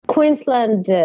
Queensland